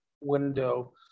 window